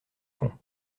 font